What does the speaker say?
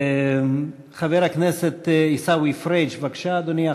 חבר הכנסת עיסאווי פריג', בבקשה, אדוני.